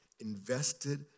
invested